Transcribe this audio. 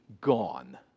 gone